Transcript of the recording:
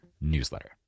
newsletter